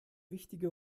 wichtige